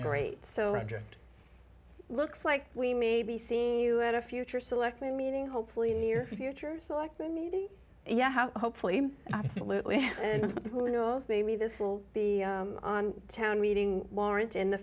object looks like we may be seeing you at a future select meeting hopefully near future select meeting yeah how hopefully absolutely and who knows maybe this will be on town meeting warrant in the